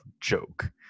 joke